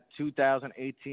2018